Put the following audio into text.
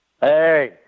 Hey